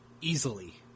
easily